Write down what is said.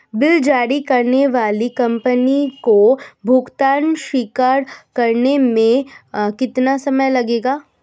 Bill जारी करने वाली कंपनी को भुगतान स्वीकार करने में कितना समय लगेगा?